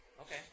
Okay